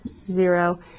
zero